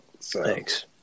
Thanks